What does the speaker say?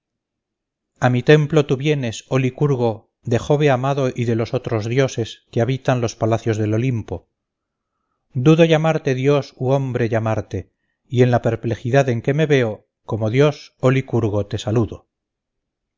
a mi templo tú vienes oh licurgo de jove amado y de los otros dioses que habitan los palacios del olimpo dudo llamarte dios u hombre llamarte y en la perplejidad en que me veo como dios oh licurgo te saludo